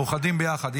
מאוחדים ביחד.